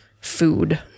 food